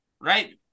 Right